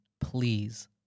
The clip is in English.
Please